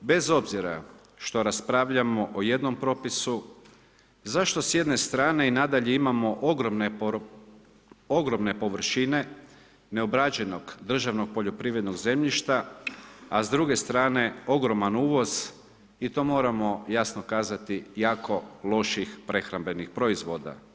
bez obzira što raspravljamo o jednom propisu, zašto s jedne strane i nadalje imamo ogromne površine neobrađenog državnog poljoprivrednog zemljišta a s druge strane ogroman uvoz i to moramo jasno kazati, jako loših prehrambenih proizvoda.